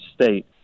state